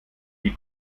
die